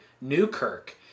Newkirk